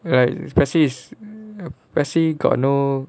like P_E_S_C P_E_S_C got no